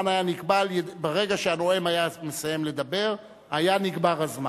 ברגע שהנואם היה מסיים לדבר, היה נגמר הזמן.